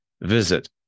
Visit